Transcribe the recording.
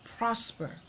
Prosper